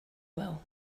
well